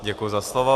Děkuji za slovo.